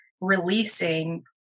releasing